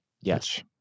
Yes